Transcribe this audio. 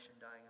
dying